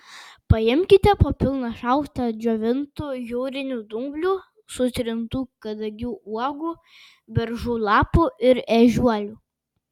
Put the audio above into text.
paimkite po pilną šaukštą džiovintų jūrinių dumblių sutrintų kadagių uogų beržų lapų ir ežiuolių